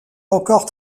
encore